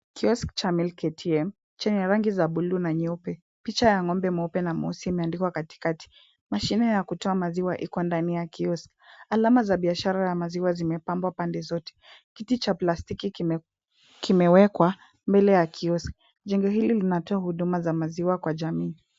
Kiosk cha milk ATM[sc] chenye rangi za buluu na nyeupe. Picha ya ng'ombe moupe na meuhusi imeandikwa katikati. Mashine ya kutoa maziwa iko ndani ya kiosk. Alama za biashara ya maziwa zimepambwa pande zote. Kiti cha plastiki kimewekwa mbele ya kiosk. Jengo hili linatoa huduma za maziwa kwa jamii.